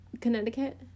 Connecticut